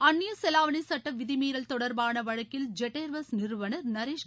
அந்நிய செலாவணி சுட்ட விதிமீறல் தொடர்பான வழக்கில் ஜெட் ஏர்வேஸ் நிறுவனர் நரேஷ்